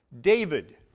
David